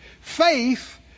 Faith